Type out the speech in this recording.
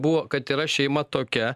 buvo kad yra šeima tokia